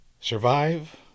survive